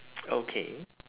okay